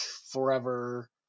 forever